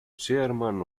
chairman